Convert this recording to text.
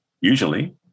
usually